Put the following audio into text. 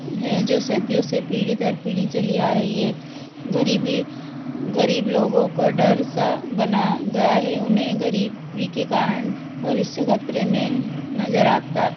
हैं जो सदियों से पीढ़ी दर पीढ़ी चली आ रही है जो ग़रीबी ग़रीब लोगों का डर सा बना दिया है उन्हें ग़रीबी के कारण भविष्य खतरे में नज़र आता